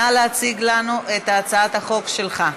נא להציג לנו את הצעת החוק שלך.